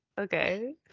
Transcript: Okay